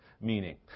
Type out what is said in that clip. meaning